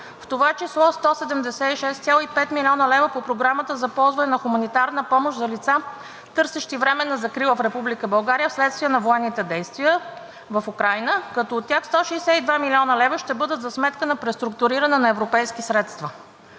в това число 176,5 млн. лв. по Програмата за ползване на хуманитарна помощ за деца, търсещи временна закрила в Република България вследствие на военните действия в Украйна, като от тях 162 млн. лв. ще бъдат за сметка на преструктуриране на европейски средства.